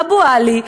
אבו עלי,